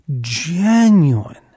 genuine